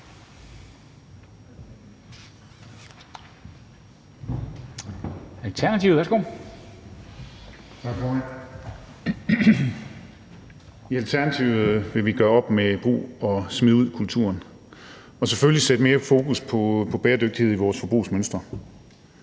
I Alternativet vil vi gøre op med brug og smid væk-kulturen og selvfølgelig sætte mere fokus på bæredygtighed i vores forbrugsmønstre.